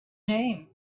name